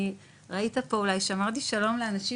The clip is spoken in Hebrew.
ראית פה שאולי אמרתי שלום לאנשים,